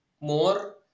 more